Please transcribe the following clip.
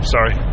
Sorry